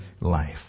life